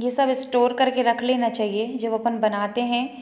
यह सब स्टोर करके रख लेना चाहिए जब अपन बनाते हैं